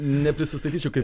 neprisistatyčiau kaip